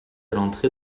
l’entrée